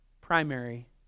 primary